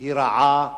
היא רעה,